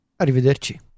Arrivederci